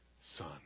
son